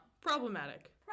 Problematic